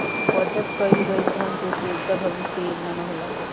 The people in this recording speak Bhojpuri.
बचत कईल गईल धन के उपयोगिता भविष्य के योजना में होला